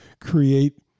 create